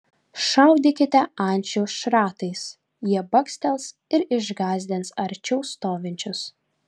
šaudykite ančių šratais jie bakstels ir išgąsdins arčiau stovinčius